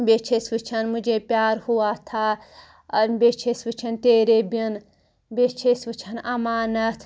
بیٚیہِ چھِ أسۍ وٕچھان مجھے پیار ہُوا تھا بیٚیہِ چھِ أسۍ وٕچھان تیرے بن بیٚیہِ چھِ أسۍ وٕچھان امانت